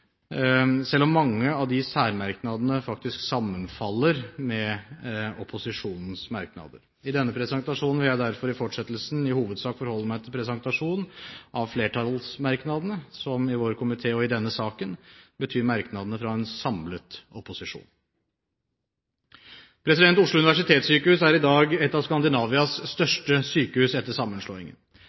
selv om mange av deres særmerknader sammenfaller med opposisjonens merknader. I denne presentasjonen vil jeg derfor i fortsettelsen i hovedsak forholde meg til presentasjon av flertallsmerknadene, som i vår komité og i denne saken betyr merknadene fra en samlet opposisjon. Oslo universitetssykehus er i dag et av Skandinavias største sykehus etter sammenslåingen.